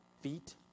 feet